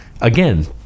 Again